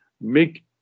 make